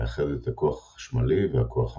המאחדת את הכוח החשמלי והכוח המגנטי,